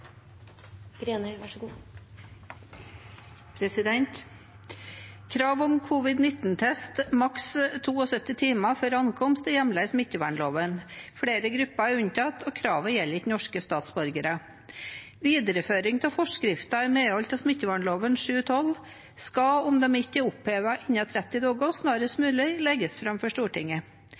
i smittevernloven. Flere grupper er unntatt, og kravet gjelder ikke norske statsborgere. Videreføring av forskrifter i medhold av smittevernloven § 7-12 skal, om de ikke er opphevet innen 30 dager, snarest mulig legges fram for Stortinget.